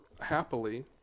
happily